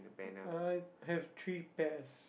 uh I have three pairs